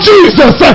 Jesus